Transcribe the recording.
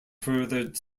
further